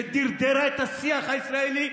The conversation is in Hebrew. שדרדרה את השיח הישראלי,